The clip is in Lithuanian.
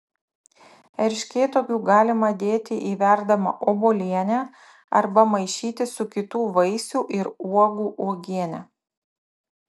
erškėtuogių galima dėti į verdamą obuolienę arba maišyti su kitų vaisių ir uogų uogiene